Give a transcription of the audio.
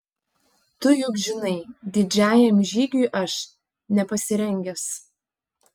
tu juk žinai didžiajam žygiui aš nepasirengęs